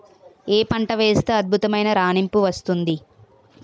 ఏ పంట వేస్తే అద్భుతమైన రాణింపు వస్తుంది?